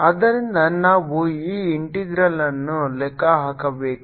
ಆದ್ದರಿಂದ ನಾವು ಈ ಇಂಟೆಗ್ರಲ್ಅನ್ನು ಲೆಕ್ಕ ಹಾಕಬೇಕು